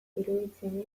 iruditzen